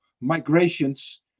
migrations